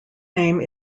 name